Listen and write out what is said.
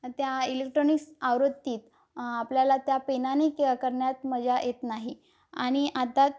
त्या इलेक्ट्रॉनिक्स आवृत्तीत आपल्याला त्या पेनाने क करण्यात मजा येत नाही आणि आता